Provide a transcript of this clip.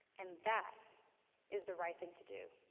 and that is the right thing to do.